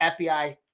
FBI